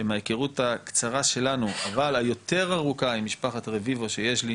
שמההיכרות הקצרה שלנו אבל היותר ארוכה עם משפחת רביבו שיש לי,